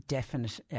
Definite